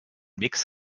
mix